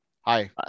Hi